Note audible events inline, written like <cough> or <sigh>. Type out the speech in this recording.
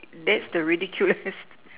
that's the ridiculous <noise>